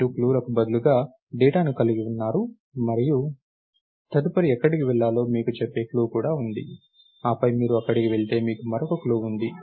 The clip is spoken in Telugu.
మీరు క్లూలకు బదులుగా డేటాను కలిగి ఉన్నారు మరియు తదుపరి ఎక్కడికి వెళ్లాలో మీకు చెప్పే క్లూ కూడా ఉంది ఆపై మీరు అక్కడికి వెళితే మీకు మరొక క్లూ ఉంది